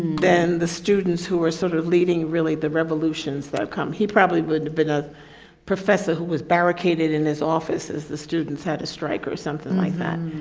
then the students who are sort of leading really the revolutions that have come. he probably been a professor who was barricaded in his office as the students had a strike or something like that.